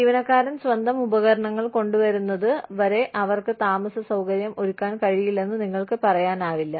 ജീവനക്കാരൻ സ്വന്തം ഉപകരണങ്ങൾ കൊണ്ടുവരുന്നത് വരെ അവർക്ക് താമസ സൌകര്യം ഒരുക്കാൻ കഴിയില്ലെന്ന് നിങ്ങൾക്ക് പറയാനാവില്ല